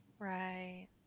Right